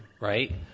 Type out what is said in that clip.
Right